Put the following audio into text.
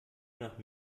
nach